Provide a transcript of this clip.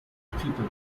people